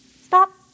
Stop